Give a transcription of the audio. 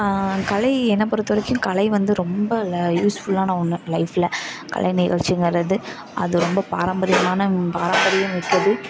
கலை என்னை பொறுத்த வரைக்கும் கலை வந்து ரொம்ப ல யூஸ்ஃபுல்லான ஒன்று லைஃபில் கலை நிகழ்ச்சிங்கிறது அது ரொம்ப பாரம்பரியமான பாரம்பரியமிக்கது